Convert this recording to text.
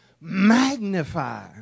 magnify